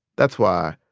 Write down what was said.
that's why,